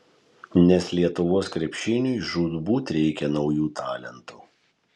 nes lietuvos krepšiniui žūtbūt reikia naujų talentų